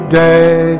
day